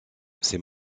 ces